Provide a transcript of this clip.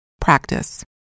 Practice